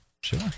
Sure